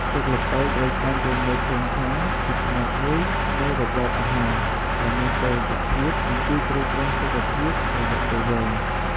ទឹកល្ពៅត្រូវបានគេមើលឃើញថាជាផ្នែកមួយនៃរបបអាហារដែលមានតុល្យភាព និងជួយទ្រទ្រង់សុខភាពរយៈពេលវែង។